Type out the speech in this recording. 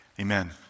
Amen